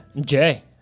jay